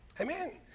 Amen